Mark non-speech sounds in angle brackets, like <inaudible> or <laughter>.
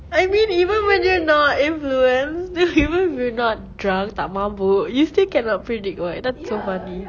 I mean even when you're not influenced <laughs> even if you're not drunk tak mabuk you still cannot predict [what] that's so funny